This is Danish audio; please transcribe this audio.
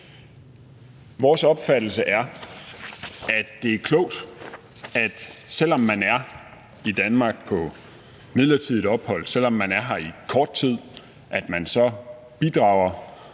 Vores opfattelse er, at det er klogt, at man, selv om man er i Danmark på midlertidigt ophold og kun er her i kort tid, bidrager